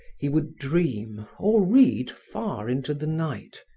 he would dream or read far into the night.